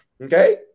Okay